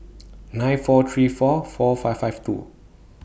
nine four three four four five five two